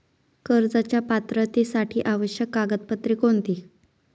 कर्जाच्या पात्रतेसाठी आवश्यक कागदपत्रे कोणती?